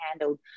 handled